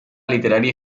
literaria